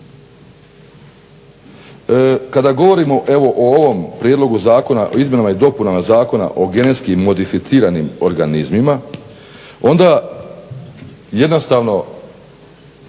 Kada govorimo evo o ovom prijedlogu zakona, o izmjenama i dopunama Zakona o genetski modificiranim organizmima onda jednostavno